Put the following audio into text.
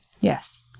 yes